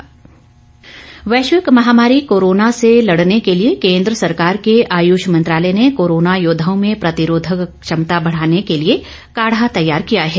आयुर्वेद वैश्विक महामारी कोरोना से लड़ने के लिए केन्द्र सरकार के आयुष मंत्रालय ने कोरोना योद्वाओं में प्रतिरोधक क्षमता को बढ़ाने के लिए काढ़ा तैयार किया है